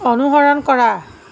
অনুসৰণ কৰা